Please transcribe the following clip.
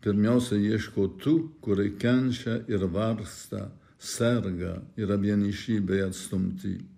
pirmiausia ieško tų kurie kenčia ir vargsta serga yra vieniši bei atstumti